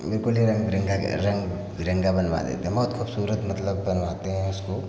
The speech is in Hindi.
बिलकुल ही रंग बिरंगा रंग बिरंगा बनवा देते हैं बहुत खूबसूरत मतलब बनवाते हैं उसको